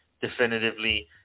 definitively